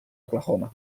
oklahoma